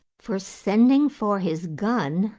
for, sending for his gun,